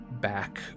back